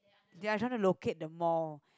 we are trying to locate the mall